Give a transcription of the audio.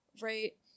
right